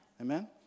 Amen